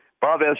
Bob